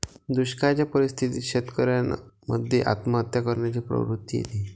दुष्काळयाच्या परिस्थितीत शेतकऱ्यान मध्ये आत्महत्या करण्याची प्रवृत्ति येते